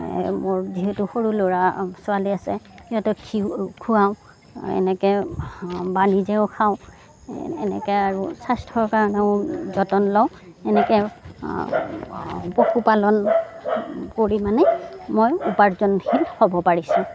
মোৰ যিহেতু সৰু ল'ৰা ছোৱালী আছে সিহঁতক ঘিঁউ খুৱাওঁ এনেকে বা নিজেও খাওঁ এনেকে আৰু স্বাস্থ্য়ৰ কাৰণেও যতন লওঁ এনেকে পশুপালন কৰি মানে মই উপাৰ্জনশীল হ'ব পাৰিছোঁ